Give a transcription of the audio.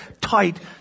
tight